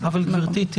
על ההגדרות חוק העונשין.